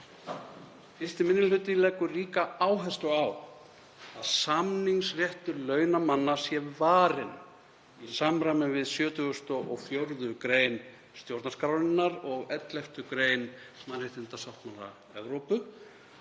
Fyrsti minni hluti leggur ríka áherslu á að samningsréttur launamanna sé varinn í samræmi við 74. gr. stjórnarskrárinnar og 11. gr. mannréttindasáttmála Evrópu